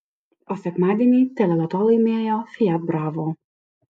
o sekmadienį teleloto laimėjo fiat bravo